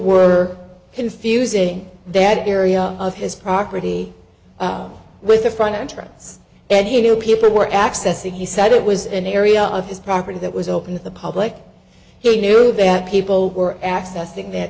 were confusing that area of his property with the front entrance and you know paperwork access and he said it was an area of his property that was open to the public he knew that people were accessing that